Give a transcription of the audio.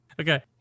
Okay